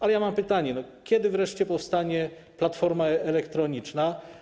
Ale mam pytanie: Kiedy wreszcie powstanie platforma elektroniczna?